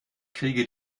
kriege